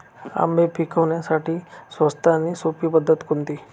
आंबे पिकवण्यासाठी स्वस्त आणि सोपी पद्धत कोणती?